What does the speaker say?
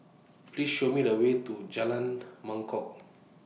Please Show Me The Way to Jalan Mangkok